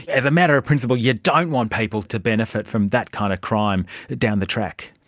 as a matter of principle you don't want people to benefit from that kind of crime down the track.